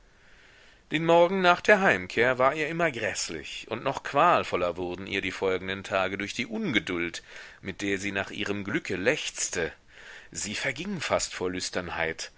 der morgen nach der heimkehr war ihr immer gräßlich und noch qualvoller wurden ihr die folgenden tage durch die ungeduld mit der sie nach ihrem glücke lechzte sie verging fast vor